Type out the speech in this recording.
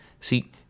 see